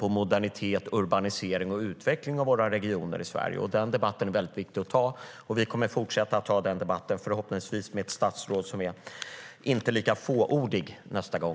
modernitet, urbanisering och utveckling av våra regioner i Sverige. Den debatten är viktig att ta, och vi kommer att fortsätta att ta den debatten - förhoppningsvis med ett statsråd som inte är lika fåordig nästa gång.